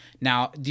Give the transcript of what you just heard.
now